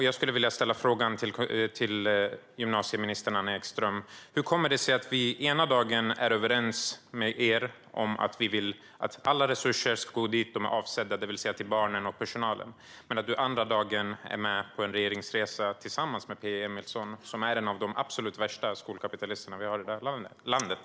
Jag skulle vilja ställa frågan till dig, gymnasieminister Anna Ekström: Hur kommer det sig att vi ena dagen är överens med er om att alla resurser ska gå dit de är avsedda, det vill säga till barnen och personalen, och att du andra dagen är med på en regeringsresa tillsammans med Peje Emilsson - som är en av de absolut värsta skolkapitalister vi har i det här landet?